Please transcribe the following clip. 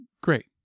great